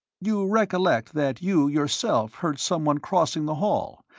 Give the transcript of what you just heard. you recollect that you, yourself, heard someone crossing the hall,